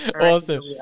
Awesome